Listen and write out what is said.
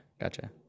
gotcha